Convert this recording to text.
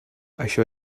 això